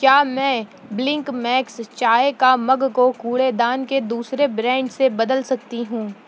کیا میں بلنک میکس چائے کا مگ کو کوڑے دان کے دوسرے برانڈ سے بدل سکتی ہوں